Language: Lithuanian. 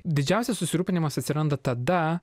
didžiausias susirūpinimas atsiranda tada